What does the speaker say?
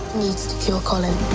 needs to cure colin.